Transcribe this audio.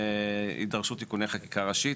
שיידרשו תיקוני חקיקה ראשית,